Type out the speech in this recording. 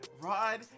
Rod